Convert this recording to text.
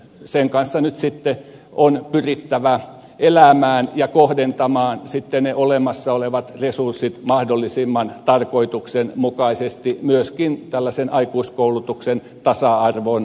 sen kanssa nyt sitten on pyrittävä elämään ja kohdentamaan sitten ne olemassa olevat resurssit mahdollisimman tarkoituksenmukaisesti myöskin aikuiskoulutuksen tasa arvon näkökulmasta